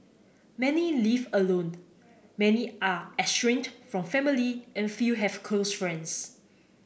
many live alone many are estranged from family and few have close friends